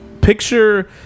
picture